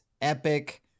epic